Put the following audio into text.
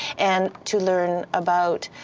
and to learn about,